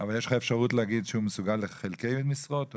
אבל יש לך אפשרות להגיד שהוא מסוגל לחלקי משרה?